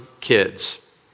kids